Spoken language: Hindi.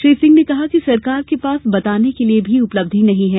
श्री सिंह ने कहा कि सरकार के पास बताने के लिये भी उपलब्धि नहीं है